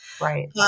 right